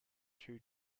two